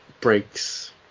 breaks